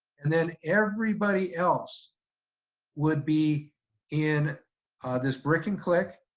and then, everybody else would be in this brick and click.